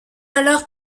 alors